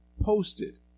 posted